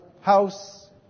house